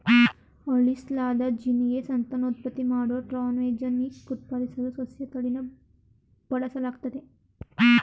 ಅಳಿಸ್ಲಾದ ಜೀನ್ಗೆ ಸಂತಾನೋತ್ಪತ್ತಿ ಮಾಡೋ ಟ್ರಾನ್ಸ್ಜೆನಿಕ್ ಉತ್ಪಾದಿಸಲು ಸಸ್ಯತಳಿನ ಬಳಸಲಾಗ್ತದೆ